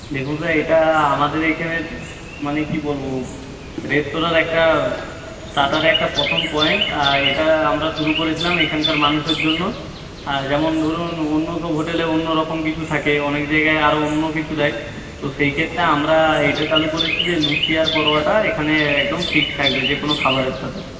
দেখুন স্যার এটা আমাদের এইখানে মানে কী বলব রেস্তোরাঁর একটা স্টার্টারে একটা প্রথম পয়েন্ট এটা আমরা শুরু করেছিলাম এখানকার মানুষের জন্য যেমন ধরুন অন্য সব হোটেলে অন্য রকম কিছু থাকে অনেক জায়গায় আরও অন্য কিছু দেয় তো সেই ক্ষেত্রে আমরা এটা চালু করেছি যে লুচি আর পরোটাটা এখানে একদম ফিক্সড থাকবে যে কোনো খাবারের সাথে